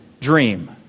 dream